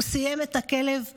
הוא סיים את הכלב ממתכות,